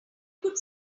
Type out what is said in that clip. could